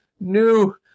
new